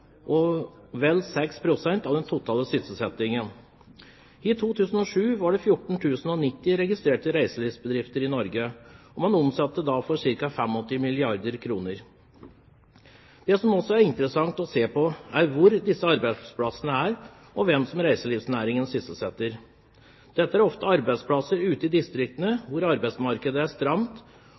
og vel 6 pst. av den totale sysselsettingen. I 2007 var det 14 090 registrerte reiselivsbedrifter i Norge, og man omsatte da for ca. 85 milliarder kr. Det som også er interessant å se på, er hvor disse arbeidsplassene er, og hvem reiselivsnæringen sysselsetter. Arbeidsplassene er ofte ute i distriktene hvor arbeidsmarkedet er